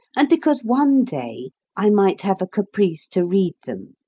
and because one day i might have a caprice to read them.